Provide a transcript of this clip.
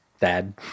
dad